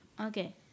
Okay